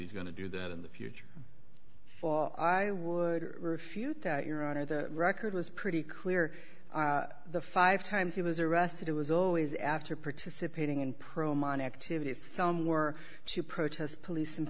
he's going to do that in the future i would refute that your honor the record was pretty clear the five times he was arrested it was always after participating in pro mon activities some were to protest police